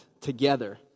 together